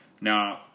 Now